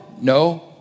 No